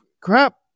Crap